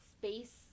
space